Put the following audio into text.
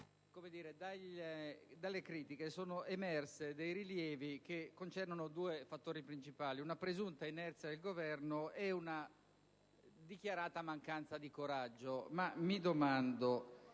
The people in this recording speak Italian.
delle critiche e dei rilievi che concernono due fattori principali: una presunta inerzia del Governo e una dichiarata mancanza di coraggio.